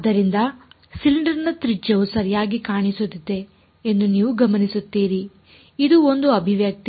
ಆದ್ದರಿಂದ ಸಿಲಿಂಡರ್ನ ತ್ರಿಜ್ಯವು ಸರಿಯಾಗಿ ಕಾಣಿಸುತ್ತಿದೆ ಎಂದು ನೀವು ಗಮನಿಸುತ್ತೀರಿ ಇದು ಒಂದು ಅಭಿವ್ಯಕ್ತಿ